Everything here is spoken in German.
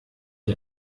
ich